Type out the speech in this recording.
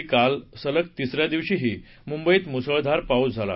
मात्र काल सलग तीसऱ्या दिवशीही मुंबईत मुसळधार पाऊस झाला